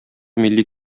милли